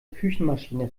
küchenmaschine